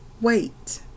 wait